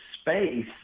space